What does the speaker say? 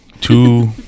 Two